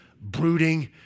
brooding